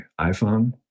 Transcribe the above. iPhone